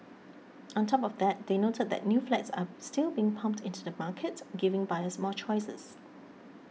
on top of that they noted that new flats are still being pumped into the market giving buyers more choices